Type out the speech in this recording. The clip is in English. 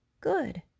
good